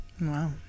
Wow